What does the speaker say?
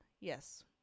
Yes